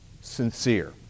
sincere